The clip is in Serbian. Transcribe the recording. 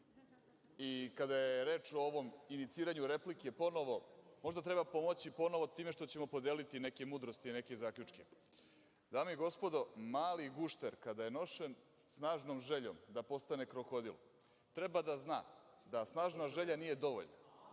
i kada je reč o ovom iniciranju replike ponovo, možda treba pomoći ponovo time što ćemo podeliti neke mudrosti, neke zaključke. Dame i gospodo, mali gušter kada je nošen snažnom željom da postane krokodil treba da zna da snažna želja nije dovoljna.